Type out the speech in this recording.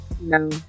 No